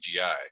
CGI